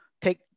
take